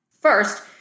First